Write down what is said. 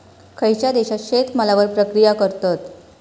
खयच्या देशात शेतमालावर प्रक्रिया करतत?